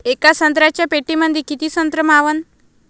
येका संत्र्याच्या पेटीमंदी किती संत्र मावन?